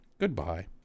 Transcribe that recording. Goodbye